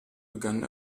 begann